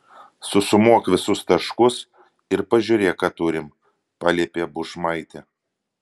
susumuok visus taškus ir pažiūrėk ką turim paliepė bušmaitė